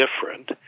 different